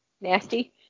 nasty